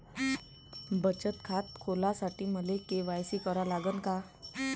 बचत खात खोलासाठी मले के.वाय.सी करा लागन का?